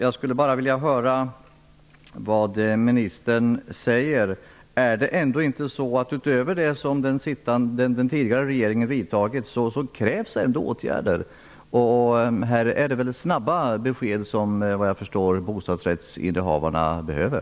Jag skulle vilja höra vad ministern säger om detta. Är det ändå inte så att det krävs åtgärder utöver de som den tidigare regeringen vidtagit? Såvitt jag förstår är det snabba besked som bostadsrättsinnehavarna behöver.